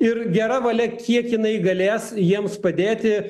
ir gera valia kiek jinai galės jiems padėti